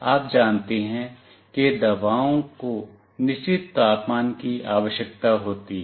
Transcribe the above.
आप जानते हैं कि दवाओं को निश्चित तापमान की आवश्यकता होती है